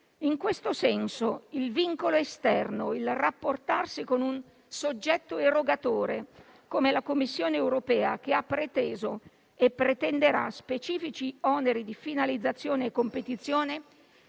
In questo senso, il vincolo esterno, il rapportarsi con un soggetto erogatore come la Commissione europea, che ha preteso e pretenderà specifici oneri di finalizzazione e competizione,